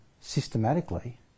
systematically